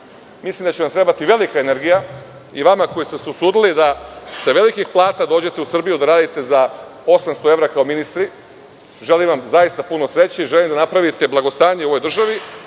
Mislim da će vam trebati velika energija, i vama koji ste se usudili da sa velikih plata dođete u Srbiju da radite za 800 evra kao ministri. Želim vam zaista puno sreće i želim da napravite blagostanje u ovoj državi.